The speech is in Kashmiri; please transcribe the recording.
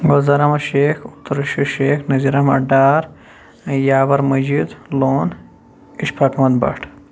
گُلزار احمد شیخ عبدالرشید شیخ نذیٖر احمد ڈار یاور مجید لون اشفاق احمد بٹ